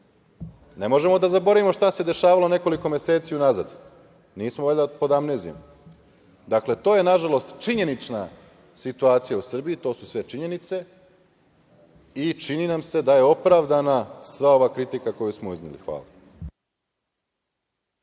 Ne možemo da zaboravimo šta se dešavalo nekoliko meseci unazad, nismo valjda pod amnezijom. Dakle, to je, nažalost, činjenična situacija u Srbiji, to su sve činjenice i čini nam se da je opravdana sva ova kritika koju smo izneli. Hvala.